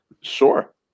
sure